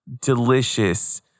delicious